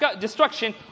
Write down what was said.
destruction